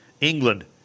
England